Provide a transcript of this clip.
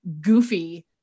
goofy